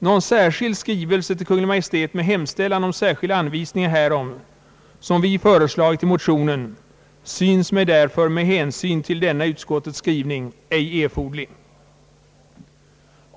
Någon särskild skrivelse till Kungl. Maj:t med hemställan om särskilda anvisningar härom — såsom föreslagits i motionen — synes mig därför med hänsyn till denna utskottets skrivning ej erforderlig.